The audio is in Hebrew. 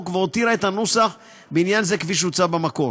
והותירה את הנוסח בעניין זה כפי שהוצע במקור.